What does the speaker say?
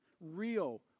real